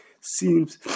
seems